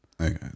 Okay